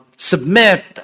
Submit